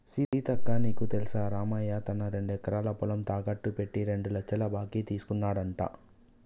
సీతక్క నీకు తెల్సా రామయ్య తన రెండెకరాల పొలం తాకెట్టు పెట్టి రెండు లచ్చల బాకీ తీసుకున్నాడంట